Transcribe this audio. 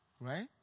Right